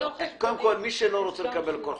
אם הוא לא רוצה לקבל כל חודש,